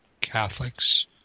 Catholics